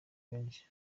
benshi